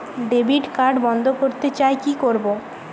Debit card বন্ধ করতে চাই কি করব?